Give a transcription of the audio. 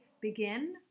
begin